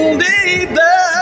baby